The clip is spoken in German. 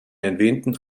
erwähnten